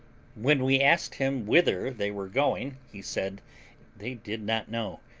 when we asked him whither they were going, he said they did not know,